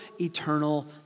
eternal